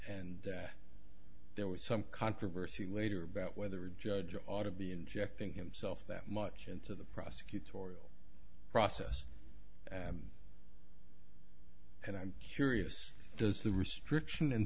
and there was some controversy later about whether judge ought to be injecting himself that much into the prosecutorial process and i'm curious does the restriction in